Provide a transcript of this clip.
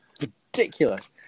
ridiculous